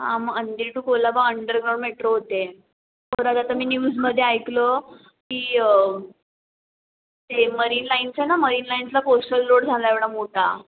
हां मग Andheri to Colaba underground metro होते आहे परत आता मी न्यूजमध्ये ऐकलं की ते मरीन लाईनच्या ना मरीन लाईन्सला कोस्टल रोड झाला एवढा मोठा